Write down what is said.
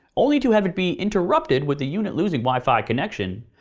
only to have it be interrupted with the unit losing wi-fi connection,